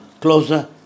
closer